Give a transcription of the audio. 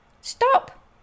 Stop